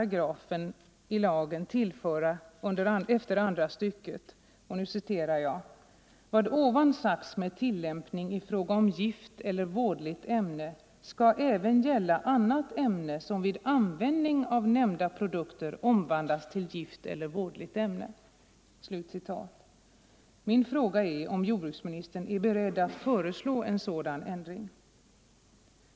kontrollen av hälsooch miljöfarliga ämnen efter andra stycket tillföra följande stad = hälsooch miljöfargande: liga ämnen ”Vad ovan sagts med tillämpning i fråga om gift eller vådligt ämne skall även gälla annat ämne som vid användning av nämnda produkter omvandlas till gift eller vådligt ämne.” Min fråga är om jordbruksministern är beredd att föreslå en sådan ändring.